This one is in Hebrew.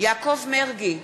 יעקב מרגי,